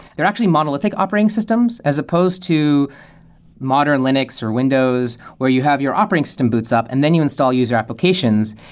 they're actually monolithic operating systems as opposed to modern linux, or windows, or you have your operating system boots up and then you install user applications,